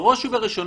בראש ובראשונה,